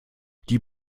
die